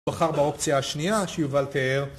בוחר באופציה השנייה שיובל תיאר